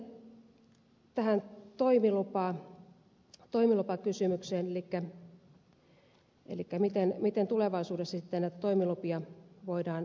sitten tähän toimilupakysymykseen elikkä miten tulevaisuudessa näitä toimilupia voidaan myöntää